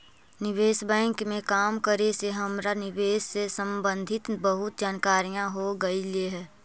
निवेश बैंक में काम करे से हमरा निवेश से संबंधित बहुत जानकारियाँ हो गईलई हे